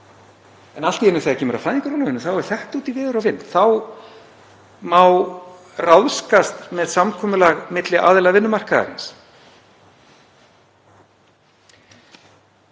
En allt í einu þegar kemur að fæðingarorlofinu þá er þetta út í veður og vind, þá má ráðskast með samkomulag milli aðila vinnumarkaðarins.